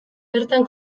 bertan